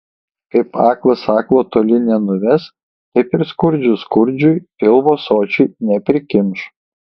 kaip aklas aklo toli nenuves taip ir skurdžius skurdžiui pilvo sočiai neprikimš